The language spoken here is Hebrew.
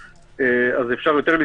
אני אגיד לכם הספארי עצמו, כשאפשר לנסוע